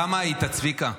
בכמה היית, צביקה?